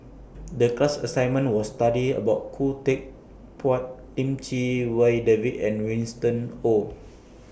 The class assignment was study about Khoo Teck Puat Lim Chee Wai David and Winston Oh